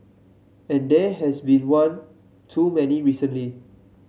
and there has been one too many recently